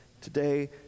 Today